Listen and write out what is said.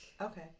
Okay